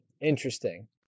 interesting